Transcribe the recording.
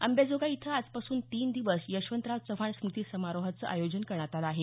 अंबाजोगाई इथं आजपासून तीन दिवस यशवंतराव चव्हाण स्मृती समारोहाचं आयोजन करण्यात आलं आहे